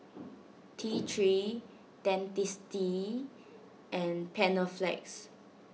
T three Dentiste and Panaflex